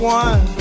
one